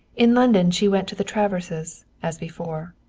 in london she went to the traverses, as before.